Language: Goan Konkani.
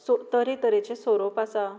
तरे तरेचे सोरोप आसा